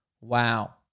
wow